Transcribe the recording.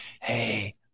hey